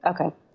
Okay